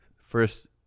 first